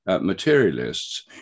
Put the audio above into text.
materialists